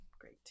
Great